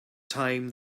time